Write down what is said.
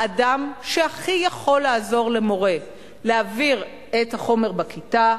האדם שהכי יכול לעזור למורה להעביר את החומר בכיתה,